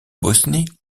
bosnie